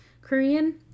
Korean